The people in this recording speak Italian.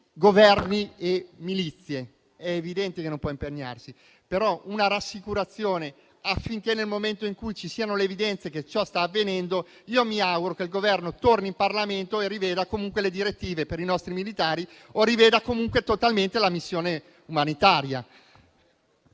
Governi e milizie. È evidente che non può impegnarsi, ma può offrire una rassicurazione, affinché nel momento in cui ci sono le evidenze che ciò sta avvenendo, il Governo torni in Parlamento e riveda le direttive per i nostri militari o riveda totalmente la missione umanitaria.